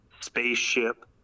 spaceship